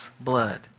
blood